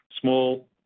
Small